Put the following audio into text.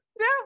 No